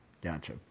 Gotcha